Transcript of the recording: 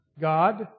God